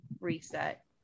reset